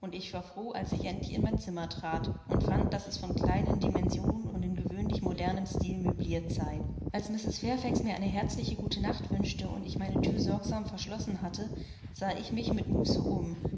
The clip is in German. und ich war froh als ich endlich in mein zimmer trat und fand daß es von kleinen dimensionen und in gewöhnlich modernem stil möbliert sei als mrs fairfax mir eine herzliche gutenacht gewünscht und ich meine thür sorgsam verschlossen hatte sah ich mich mit muße um